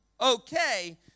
Okay